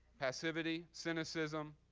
passivity, cynicism,